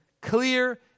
clear